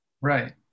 Right